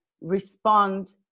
respond